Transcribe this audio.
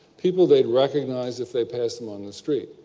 people they would recognise if they passed them on the street.